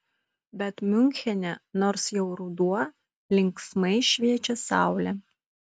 bet miunchene nors jau ruduo linksmai šviečia saulė